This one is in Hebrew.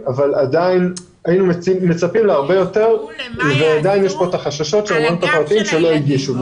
למרות שהיינו מצפים להרבה יותר אבל יש להם את החששות של אלה שלא הגישו.